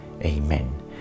amen